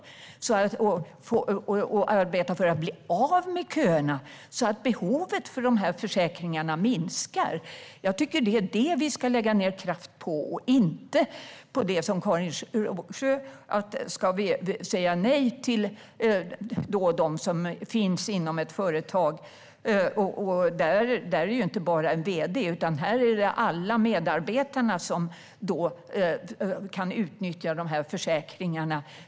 Vi ska arbeta för att bli av med köerna, så att behovet av dessa försäkringar minskar. Jag tycker att det är det vi ska lägga kraft på och inte på det som Karin Rågsjö säger: att vi ska säga nej till dem som finns inom ett företag. Där är det inte bara en vd, utan alla medarbetare kan utnyttja försäkringarna.